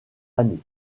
années